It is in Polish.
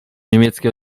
niemieckie